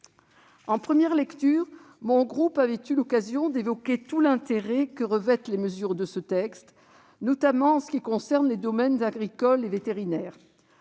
En première lecture, le groupe Les Indépendants avait eu l'occasion d'évoquer tout l'intérêt que revêtent les mesures de ce texte, notamment en ce qui concerne les domaines agricole et vétérinaire.